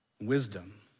wisdom